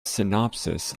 synopsis